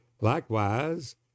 Likewise